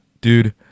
dude